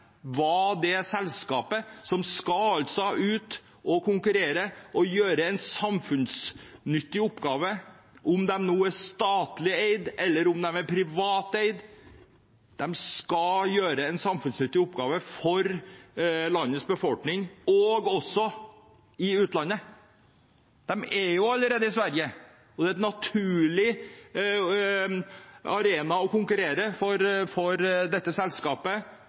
det selskapet skal hete. De skal altså nå ut og konkurrere og gjøre en samfunnsnyttig oppgave, og om de nå er statlig eid eller privat eid, så skal de gjøre en samfunnsnyttig oppgave for landets befolkning – også i utlandet. De er allerede i Sverige, og Sverige er en naturlig arena å konkurrere i for dette selskapet,